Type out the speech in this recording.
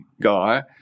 guy